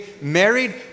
married